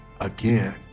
again